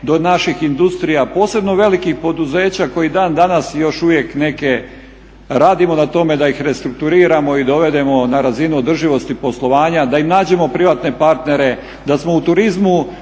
do naših industrija, posebno velikih poduzeća koji dan danas i još uvijek neke radimo na tom da ih restrukturiramo i dovedemo na razinu održivosti poslovanja, da im nađemo privatne partnere, da smo u turizmu